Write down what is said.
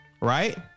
right